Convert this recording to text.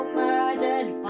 murdered